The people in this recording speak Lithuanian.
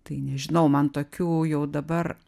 tai nežinau man tokių jau dabar